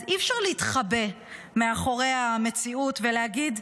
אז אי-אפשר להתחבא מאחורי המציאות ולהגיד: